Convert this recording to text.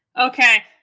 Okay